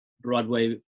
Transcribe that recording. Broadway